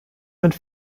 mit